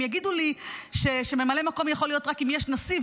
הם יגידו לי שממלא מקום יכול להיות רק אם יש נשיא,